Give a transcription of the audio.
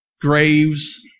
Graves